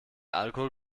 alkohol